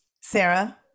Sarah